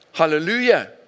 Hallelujah